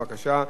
בבקשה,